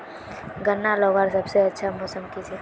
गन्ना लगवार सबसे अच्छा मौसम की छे?